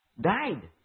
died